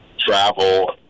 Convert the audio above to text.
Travel